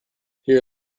here